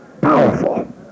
Powerful